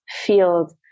field